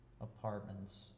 apartments